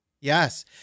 Yes